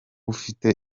ufite